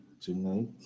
tonight